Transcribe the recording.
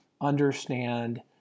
understand